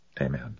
amen